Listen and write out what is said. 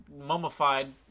mummified